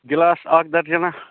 glass اکھ درجَنا